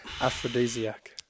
aphrodisiac